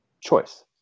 choice